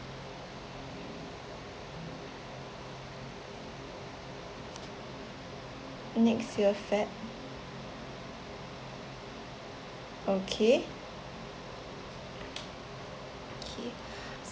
next year feb okay okay